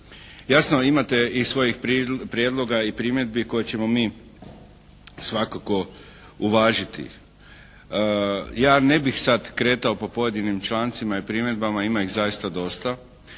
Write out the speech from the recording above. Jasno imate i svojih prijedloga i primjedbi koje ćemo mi svakako uvažiti. Ja ne bih sad kretao po pojedinim člancima i primjedbama, ima ih zaista dosta.